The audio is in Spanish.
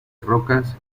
rocas